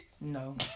No